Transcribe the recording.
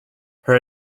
her